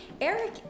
eric